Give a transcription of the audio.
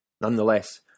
Nonetheless